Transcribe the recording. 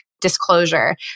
disclosure